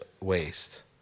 waste